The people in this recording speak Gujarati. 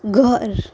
ઘર